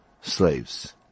slaves